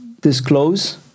disclose